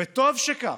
וטוב שכך.